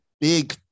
big